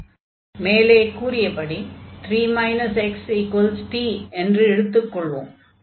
மேலே கூறியபடி 3 xt என்று எடுத்துக்கொள்வோம்